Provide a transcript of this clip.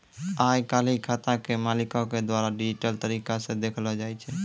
आइ काल्हि खाता के मालिको के द्वारा डिजिटल तरिका से देखलो जाय छै